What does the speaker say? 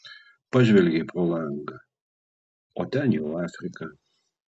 pažvelgei pro langą o ten jau afrika